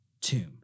tomb